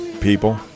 people